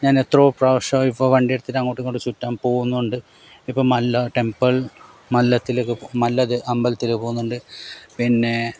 ഞാനെത്രയോ പ്രാവശ്യമായി ഇപ്പോൾ വണ്ടിയെടുത്തിട്ട് അങ്ങോട്ടും ഇങ്ങോട്ടും ചുറ്റാൻ പോകുന്നുണ്ട് ഇപ്പോൾ മല്ല ടെമ്പിൾ മല്ലത്തിൽ മല്ല അമ്പലത്തിൽ പോകുന്നുണ്ട് പിന്നെ